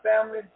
family